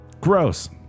gross